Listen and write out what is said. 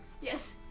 Yes